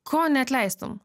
ko neatleistum